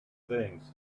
things